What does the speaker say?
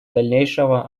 дальнейшего